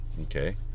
Okay